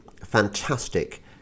fantastic